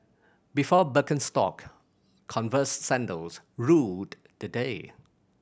before Birkenstock Converse sandals ruled the day